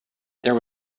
there